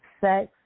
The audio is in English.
sex